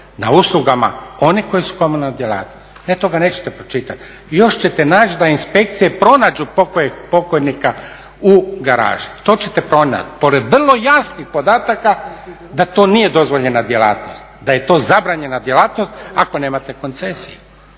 na uslugama? Oni koji su komunalna djelatnost. Ne, toga nećete pročitati. Još ćete naći da inspekcije pronađu pokojeg pokojnika u garaži, to ćete pronaći, pored vrlo jasnih podataka da to nije dozvoljena djelatnost, da je to zabranjena djelatnost ako nemate koncesije.